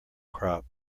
crop